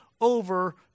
over